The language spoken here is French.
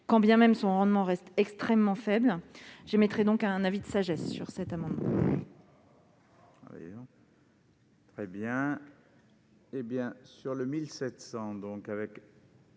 bien que son rendement reste extrêmement faible. J'émets donc un avis de sagesse sur cet amendement.